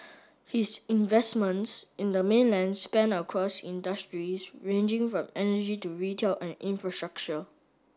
his investments in the mainland span across industries ranging from energy to retail and infrastructure